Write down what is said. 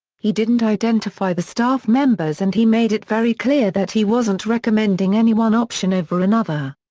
he didn't identify the staff members and he made it very clear that he wasn't recommending any one option over another.